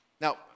Now